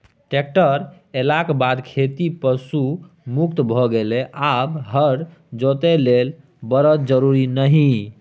tractor एलाक बाद खेती पशु मुक्त भए गेलै आब हर जोतय लेल बरद जरुरत नहि